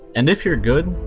and if you're good,